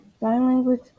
language